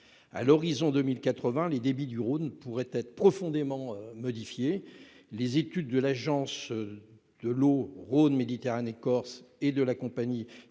À l'horizon 2080, les débits du Rhône pourraient être profondément modifiés. Les études de l'Agence de l'eau Rhône-Méditerranée-Corse et de la Compagnie